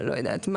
לא יודעת.